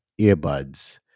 earbuds